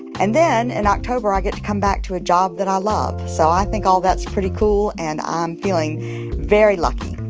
and then in october, i get to come back to a job that i love. so i think all that's pretty cool. and i'm feeling very lucky.